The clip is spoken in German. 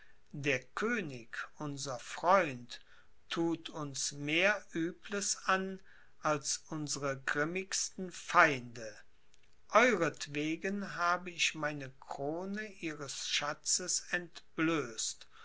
der könig unser freund thut uns mehr uebels an als unsre grimmigsten feinde euretwegen habe ich meine krone ihres schatzes